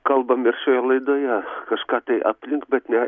kalbamės šioje laidoje kažką tai aplink bet ne